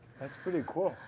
that's pretty cool.